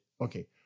Okay